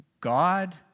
God